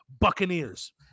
Buccaneers